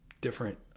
different